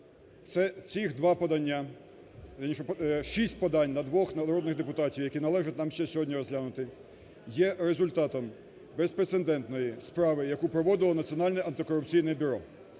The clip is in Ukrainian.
Цих два подання… вірніше, шість подань на двох народних депутатів, які належить ще нам сьогодні розглянути є результатом безпрецедентної справи, яке проводило Національне антикорупційне бюро.